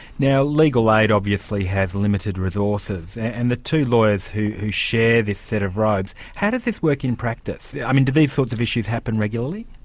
now legal aid obviously has limited resources, and the two lawyers who who share this set of robes, how does this work in practice? yeah i mean do these sorts of issues happen regularly?